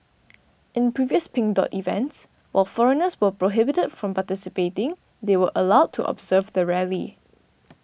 in previous Pink Dot events while foreigners were prohibited from participating they were allowed to observe the rally